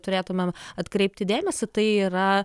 turėtumėm atkreipti dėmesį tai yra